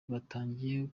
batangiye